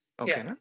Okay